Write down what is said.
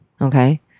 Okay